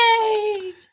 Yay